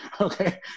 okay